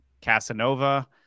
casanova